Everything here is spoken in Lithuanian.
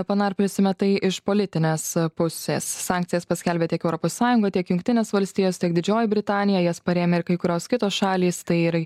panarpliosime tai iš politinės pusės sankcijas paskelbė tiek europos sąjunga tiek jungtinės valstijos tiek didžioji britanija jas parėmė ir kai kurios kitos šalys tai yra